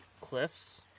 Cliffs